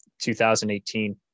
2018